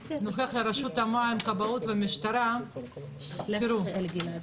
--- רשות המים, כבאות ומשטרה, חירום.